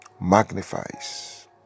magnifies